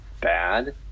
bad